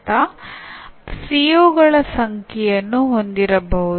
ಆದ್ದರಿಂದ ನಾವು ಹೇಳುತ್ತಿರುವುದೇನೆಂದರೆ ಕಲಿಕೆ ಕೆಲವು ಬದಲಾವಣೆಗಳಿಗೆ ಕಾರಣವಾಗುತ್ತದೆ